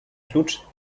klucz